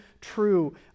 true